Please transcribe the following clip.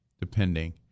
depending